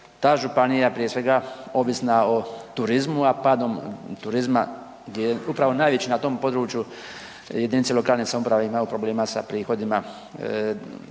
ta županija prije svega ovisna o turizmu, a padom turizma gdje je upravo najveći na tom području jedinice lokalne samouprave imaju problema sa prihodima